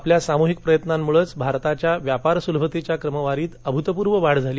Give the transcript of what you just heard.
आपल्या सामृहिक प्रयत्नांमुळंच भारताच्या व्यापार सुलभतेच्या क्रमवारीत अभूतपूर्व वाढ झाली